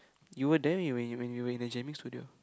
you were there when you when we when we were in the jamming studio